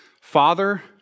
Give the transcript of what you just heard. Father